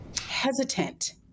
hesitant